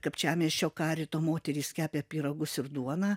kapčiamiesčio karito moterys kepė pyragus ir duoną